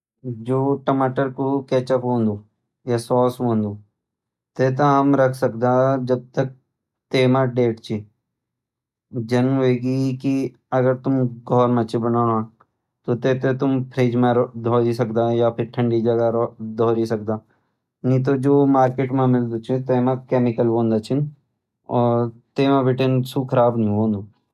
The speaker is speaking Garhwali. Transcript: जो टमाटर कु कैचप होंद या साॅस होंद तै त हम रखि सकद जब तक तै म डेट छ। जन ह्वेगी कि अगर तुम घर म छ बनौणा तो तै थैं तुम फ्रिज म धरी सकद या फिर ठण्डि जगह धरी सकद। नी तर जु मार्केट म मिल्द छ तै म कैमिकल होंद छ और तै म बटिन सु खराब नि होंद।